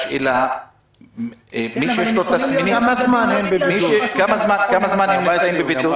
השאלה היא כמה זמן הם נמצאים בבידוד?